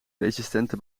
resistente